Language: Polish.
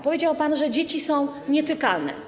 Powiedział pan, że dzieci są nietykalne.